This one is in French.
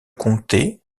comté